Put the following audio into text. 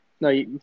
No